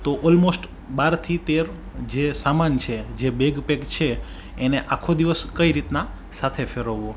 તો ઓલમોસ્ટ બારથી તેર જે સામાન છે જે બેગપેક છે એને આખો દિવસ કઈ રીતના સાથે ફેરવવો